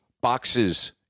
boxes